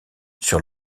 sur